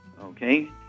Okay